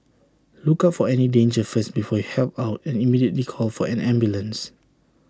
look out for any danger first before you help out and immediately call for an ambulance